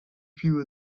few